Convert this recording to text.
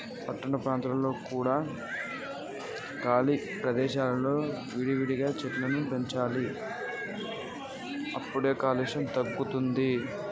పట్టణ ప్రాంతాలలో కూడా ఖాళీ ప్రదేశాలలో విరివిగా చెట్లను పెంచాలి గప్పుడే కాలుష్యం తగ్గుద్ది